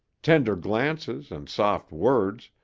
tender glances and soft words,